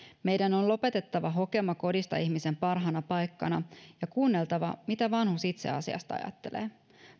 meidän on lopetettava hokema kodista ihmisen parhaana paikkana ja kuunneltava mitä vanhus itse asiasta ajattelee